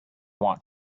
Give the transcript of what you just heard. want